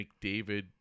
McDavid